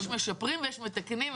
יש משפרים ויש מתקנים.